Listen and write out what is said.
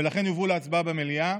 ולכן יובאו להצבעה במליאה,